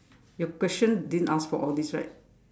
your question didn't ask for all this right